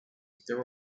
there